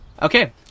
Okay